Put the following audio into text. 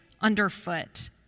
underfoot